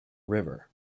river